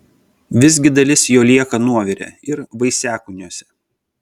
visgi dalis jo lieka nuovire ir vaisiakūniuose